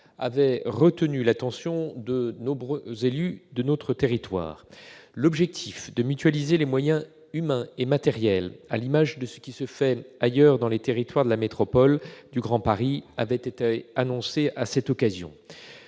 a retenu l'attention de nombreux élus de notre territoire. L'objectif- mutualiser les moyens humains et matériels, à l'image de ce qui se fait ailleurs dans les territoires de la métropole du Grand Paris -a été annoncé à cette occasion.